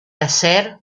hacer